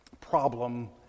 problem